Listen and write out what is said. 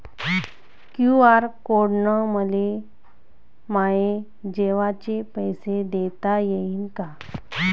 QR code न मले माये जेवाचे पैसे देता येईन का?